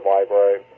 Library